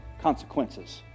consequences